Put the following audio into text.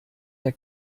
herr